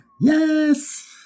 Yes